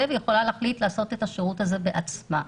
ויכולה להחליט לתת את השירות הזה בעצמה.